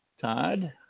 Todd